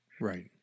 Right